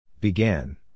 Began